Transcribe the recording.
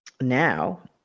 Now